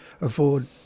afford